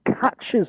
catches